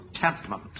contentment